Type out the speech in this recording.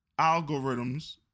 algorithms